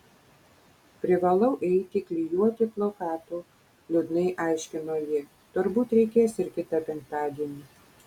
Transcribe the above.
privalau eiti klijuoti plakatų liūdnai aiškino ji turbūt reikės ir kitą penktadienį